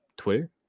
Twitter